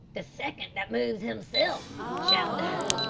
the second that moves himself shall die.